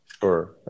Sure